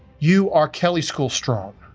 you are kelley school strong!